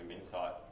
insight